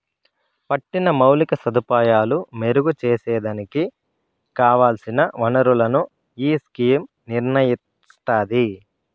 పట్టిన మౌలిక సదుపాయాలు మెరుగు సేసేదానికి కావల్సిన ఒనరులను ఈ స్కీమ్ నిర్నయిస్తాది